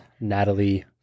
Natalie